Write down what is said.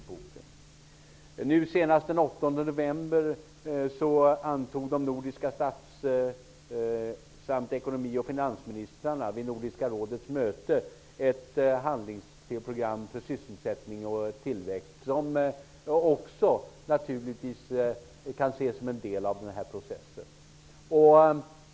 Vid Nordiska rådets möte nu den 8 november antog de nordiska stats-, ekonomi och finansministrarna ett handlingsprogram för sysselsättning och tillväxt som naturligtvis också kan ses som en del av den processen.